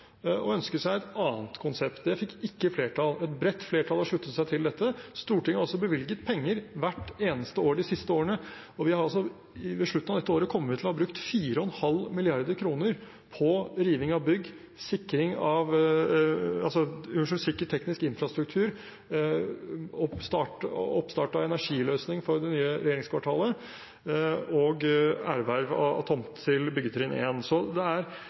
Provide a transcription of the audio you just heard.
å ønske seg et annet konsept. Det fikk ikke flertall. Et bredt flertall har sluttet seg til dette. Stortinget har også bevilget penger hvert eneste år de siste årene. Ved slutten av dette året kommer vi til å ha brukt 4,5 mrd. kr på riving av bygg, på sikker teknisk infrastruktur, på oppstart av energiløsning for det nye regjeringskvartalet og erverv av tomt til byggetrinn 1. Så det er